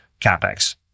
CapEx